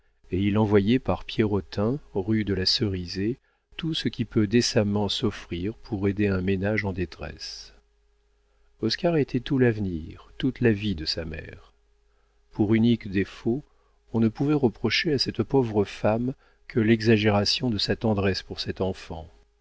et il envoyait par pierrotin rue de la cerisaie tout ce qui peut décemment s'offrir pour aider un ménage en détresse oscar était tout l'avenir toute la vie de sa mère pour unique défaut on ne pouvait reprocher à cette pauvre femme que l'exagération de sa tendresse pour cet enfant